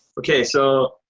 okay. so,